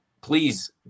please